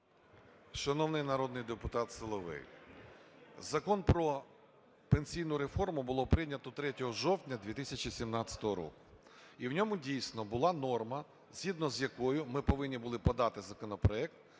Шановний народний депутате Соловей, Закон про пенсійну реформу було прийнято 3 жовтня 2017 року. І в ньому, дійсно, була норма, згідно з якою ми повинні були подати законопроект